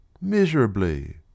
miserably